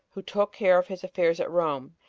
who took care of his affairs at rome,